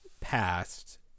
passed